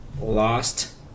lost